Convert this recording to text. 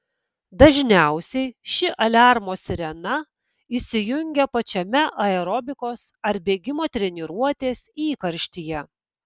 dažniausiai ši aliarmo sirena įsijungia pačiame aerobikos ar bėgimo treniruotės įkarštyje